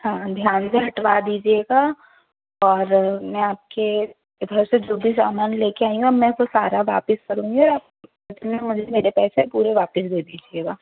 हाँ ध्यान से हटवा दीजिएगा और मैं आपके इधर से जो भी सामान ले के आई हूँ मैं तो सारा वापस करूँगी आप उस में मेरे पैसे पूरे वापस दे दीजिएगा